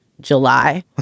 July